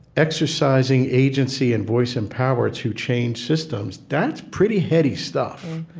exercising agency and voice and power to change systems. that's pretty heady stuff.